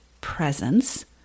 presence